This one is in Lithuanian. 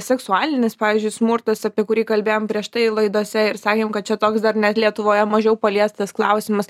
seksualinis pavyzdžiui smurtas apie kurį kalbėjom prieš tai laidose ir sakėm kad čia toks dar net lietuvoje mažiau paliestas klausimas